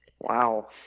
Wow